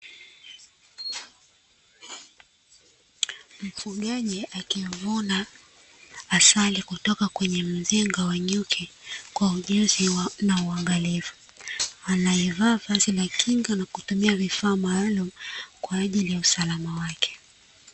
Mfugaji akivuna asali kutoka kwenye mzinga wa nyuki kwa ujuzi na uangalifu, anaevaa vazi la kinga na kutumia vifaa maalumu kwa ajili ya usalama wake.